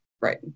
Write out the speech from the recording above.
Right